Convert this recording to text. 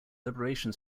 liberation